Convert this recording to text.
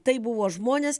tai buvo žmonės